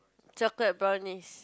chocolate brownie